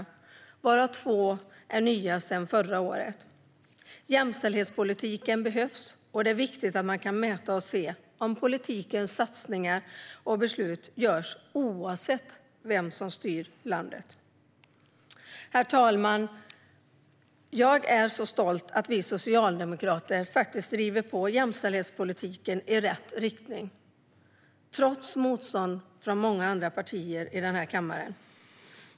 Två av målen är nya sedan förra året. Jämställdhetspolitiken behövs, och det är viktigt att man kan mäta och se om politikens satsningar och beslut görs oavsett vem som styr landet. Herr talman! Jag är stolt över att vi socialdemokrater driver på jämställdhetspolitiken i rätt riktning, trots motstånd från många andra partier i kammaren.